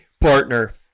partner